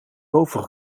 boven